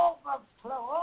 Overflow